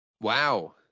Wow